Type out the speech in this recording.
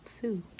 food